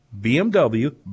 BMW